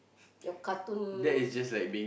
your cartoon